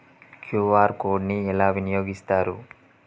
QR code ని ఎలా వినియోగిస్తారు?